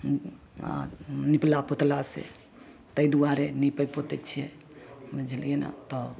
आओर निपला पोतलासँ ताहि दुआरे निपै पोतै छिए बुझलिए ने तऽ